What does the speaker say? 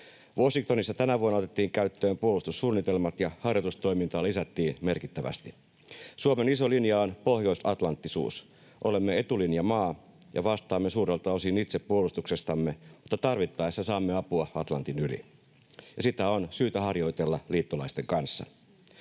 Washingtonissa tänä vuonna otettiin käyttöön puolustussuunnitelmat ja harjoitustoimintaa lisättiin merkittävästi. Suomen iso linja on pohjoisatlanttisuus: olemme etulinjamaa ja vastaamme suurelta osin itse puolustuksestamme, mutta tarvittaessa saamme apua Atlantin yli, ja sitä on syytä harjoitella liittolaisten kanssa.